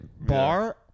bar